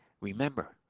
Remember